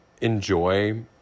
enjoy